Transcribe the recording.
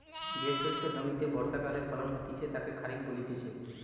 যে শস্য জমিতে বর্ষাকালে ফলন হতিছে তাকে খরিফ বলতিছে